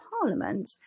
Parliament